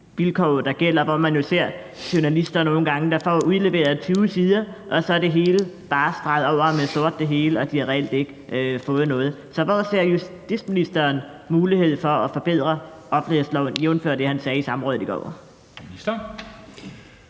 nogle gange ser journalister, der får udleveret 20 sider, og så er det hele bare streget over med sort, så de reelt ikke har fået noget. Så hvor ser justitsministeren mulighed for at forbedre offentlighedsloven jævnfør det, han sagde på samrådet i går?